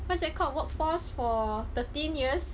what's that called workforce for thirteen years